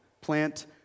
Plant